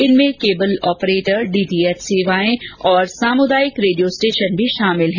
इनमें cable operator DTH सेवाएं और सामुदायिक रेडिया स्टेशन भी शामिल हैं